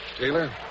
Taylor